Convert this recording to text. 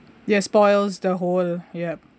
yes spoils the whole ya